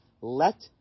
let